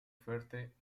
fuerte